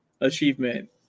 Achievement